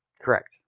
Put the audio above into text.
Correct